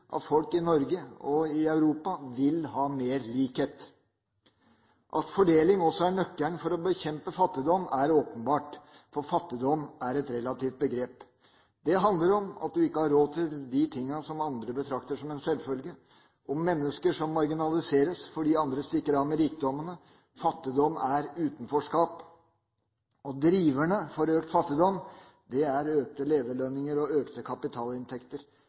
at folk i Norge og i Europa vil ha mer likhet. At fordeling også er nøkkelen til å bekjempe fattigdom, er åpenbart. Fattigdom er et relativt begrep. Det handler om at du ikke har råd til de tingene som andre betrakter som en selvfølge, om mennesker som marginaliseres fordi andre stikker av med rikdommene. Fattigdom er utenforskap. Driverne for økt fattigdom er økte lederlønninger og økte kapitalinntekter.